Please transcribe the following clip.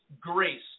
grace